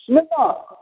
न न